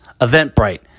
Eventbrite